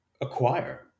acquire